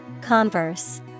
Converse